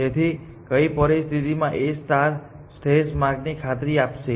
તેથી કઈ પરિસ્થિતિઓમાં A સ્ટાર શ્રેષ્ઠ માર્ગની ખાતરી આપશે